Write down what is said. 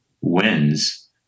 wins